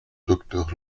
docteur